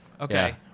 okay